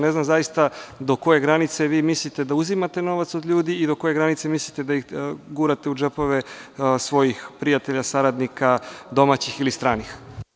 Ne znam zaista do koje granice vi mislite da uzimate novac od ljudi i do koje granice mislite da ih gurate u džepove svojih prijatelja, saradnika, domaćih ili stranih.